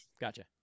gotcha